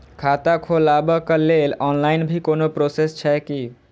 खाता खोलाबक लेल ऑनलाईन भी कोनो प्रोसेस छै की?